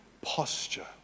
posture